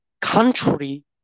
country